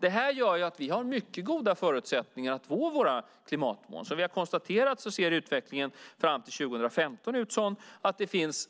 Det här gör att vi har mycket goda förutsättningar att nå våra klimatmål. Som vi har konstaterat ser utvecklingen fram till 2015 ut som att det finns